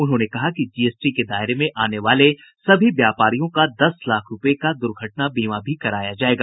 उन्होंने कहा कि जीएसटी के दायरे में आने वाले सभी व्यापारियों का दस लाख रूपये का दुर्घटना बीमा भी कराया जायेगा